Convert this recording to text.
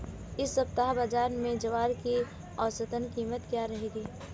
इस सप्ताह बाज़ार में ज्वार की औसतन कीमत क्या रहेगी?